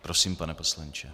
Prosím, pane poslanče.